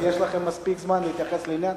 אז יש לכם מספיק זמן להתייחס לעניין.